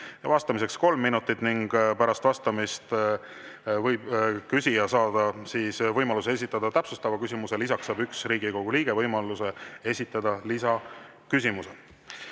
vastamiseks kolm minutit. Pärast vastamist saab küsija võimaluse esitada täpsustava küsimuse, lisaks saab üks Riigikogu liige võimaluse esitada lisaküsimuse.